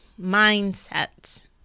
mindsets